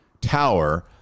tower